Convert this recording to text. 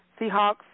Seahawks